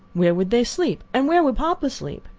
where would they sleep, and where would papa sleep?